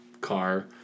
car